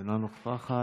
אינה נוכחת,